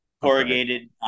corrugated